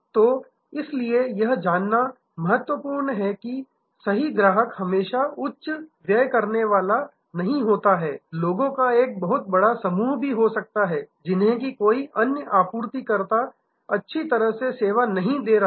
तो इसलिए यह जानना महत्वपूर्ण है कि सही ग्राहक हमेशा उच्च व्यय करनेवाला नहीं होता है लोगों का एक बड़ा समूह भी हो सकता है जिन्हें कि कोई अन्य आपूर्तिकर्ता अच्छी तरह से सेवा नहीं दे रहा है